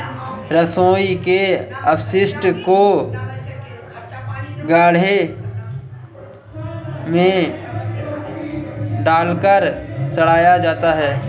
रसोई के अपशिष्ट को गड्ढे में डालकर सड़ाया जाता है